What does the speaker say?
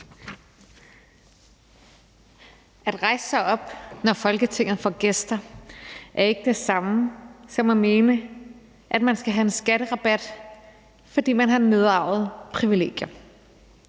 At rejse sig op, når Folketinget får gæster, er ikke det samme som at mene, at man skal have en skatterabat, fordi man har nedarvede privilegier.